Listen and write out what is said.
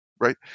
right